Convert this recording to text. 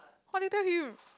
what did you tell him